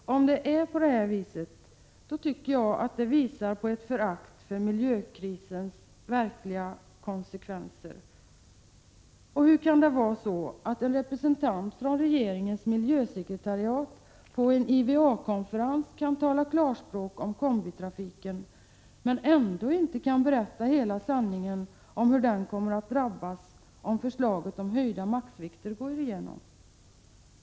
Är det så, då tycker jag att det visar ett förakt för miljökrisens verkliga konsekvenser. Hur kan det vara så att en representant från regeringens miljösekretariat på en IVA-konferens kan tala klarspråk om kombitrafiken, men ändå inte berätta hela sanningen om hur den kommer att drabbas, om förslaget om höjda maximivikter går igenom?